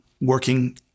working